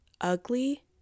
ugly